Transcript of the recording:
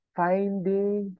finding